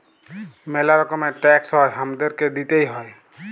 ম্যালা রকমের ট্যাক্স হ্যয় হামাদেরকে দিতেই হ্য়য়